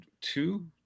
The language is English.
two